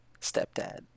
stepdad